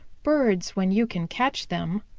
birds when you can catch them,